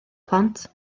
plant